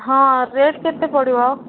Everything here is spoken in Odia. ହଁ ରେଟ୍ କେତେ ପଡ଼ିବ